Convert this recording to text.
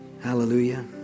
hallelujah